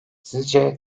sizce